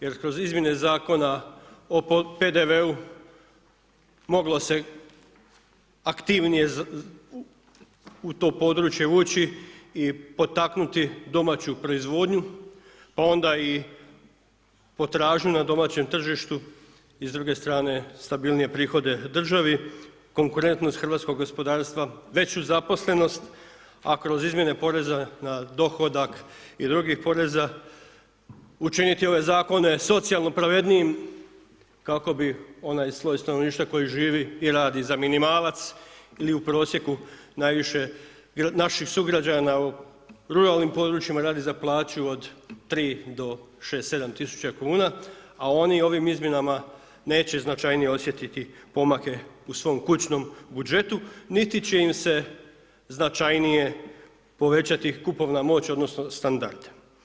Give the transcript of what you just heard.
Jer kroz Izmjene zakona o PDV-u moglo se aktivnije u to područje ući i potaknuti domaću proizvodnju pa onda i potražnju na domaćem tržištu i s druge strane stabilnije prihode državi, konkurentnost hrvatskog gospodarstva, veću zaposlenost a kroz izmjene poreza na dohodak i drugih poreza učiniti ove zakone socijalno pravednijim kako bi onaj sloj stanovništva koji živi i radi za minimalac ili u prosjeku najviše naših sugrađana u ruralnim područjima radi za plaću od 3 do 6, 7 tisuća kuna a oni ovim izmjenama neće značajnije osjetiti pomake u svom kućnom budžetu niti će im se značajnije povećati kupovna moć odnosno standard.